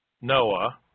Noah